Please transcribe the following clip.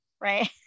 right